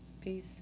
Peace